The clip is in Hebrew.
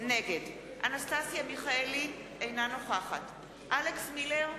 נגד אנסטסיה מיכאלי, אינה נוכחת אלכס מילר,